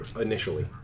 Initially